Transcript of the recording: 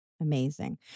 amazing